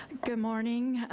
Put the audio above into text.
good morning.